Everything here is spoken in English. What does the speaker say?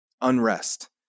Unrest